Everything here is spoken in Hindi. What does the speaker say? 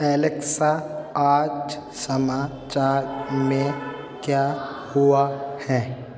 एलेक्सा आज समाचार में क्या हुआ है